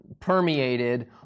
permeated